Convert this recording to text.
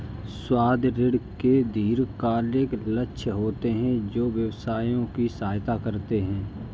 सावधि ऋण के दीर्घकालिक लक्ष्य होते हैं जो व्यवसायों की सहायता करते हैं